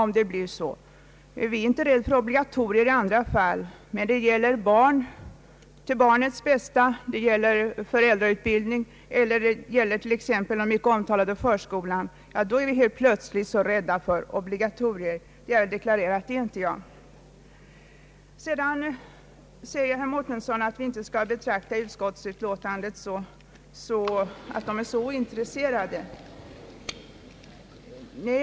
Man är inte rädd för obligatorium i andra fall, men när det gäller barnens bästa, när det gäller föräldrautbildning eller t.ex. den mycket omtalade förskolan, då är man plötsligt så rädd för obligatorium. Det är inte jag, vilket jag här har deklarerat. Herr Mårtensson framhåller att vi inte skall tolka utskottsutlåtandet så att utskottet är ointresserat av ämnet.